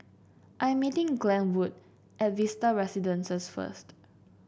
I am meeting Glenwood at Vista Residences first